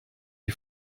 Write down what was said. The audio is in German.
die